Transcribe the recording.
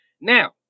Now